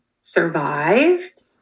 survived